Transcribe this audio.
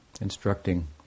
instructing